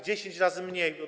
10 razy mniej.